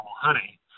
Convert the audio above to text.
honey